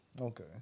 Okay